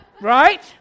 right